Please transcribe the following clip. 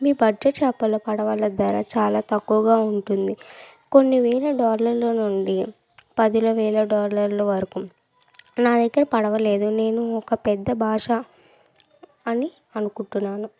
మీ పట్టే చేపల పడవల ధర చాలా తక్కువగా ఉంటుంది కొన్ని వేల డాలర్ల నుండి పదుల వేల డాలర్ల వరకు నా దగ్గర పడవలేదు నేను ఒక పెద్ద భాష అని అనుకుంటున్నాను